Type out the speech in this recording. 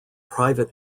private